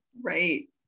right